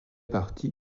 partie